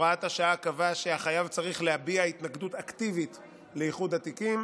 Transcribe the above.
הוראת השעה קבעה שהחייב צריך להביע התנגדות אקטיבית לאיחוד התיקים,